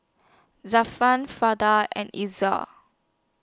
Zafran and